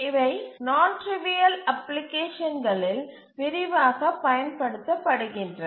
இவை நான் ட்டிரிவியல் அப்ளிகேஷன்களில் விரிவாகப் பயன்படுத்தப்படுகின்றன